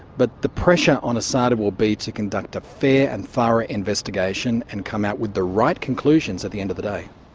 but the pressure on asada will be to conduct a fair and thorough investigation and come out with the right conclusions at the end of the day.